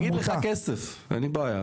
אני אגיד לך כסף, אין בעיה.